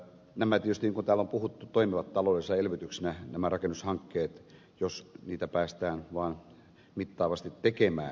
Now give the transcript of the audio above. nämä rakennushankkeet tietysti niin täällä on puhuttu toimivat taloudellisena elvytyksenä jos niitä päästään vaan mittavasti tekemään